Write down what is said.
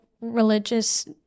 religious